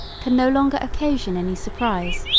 can no longer occasion any surprise,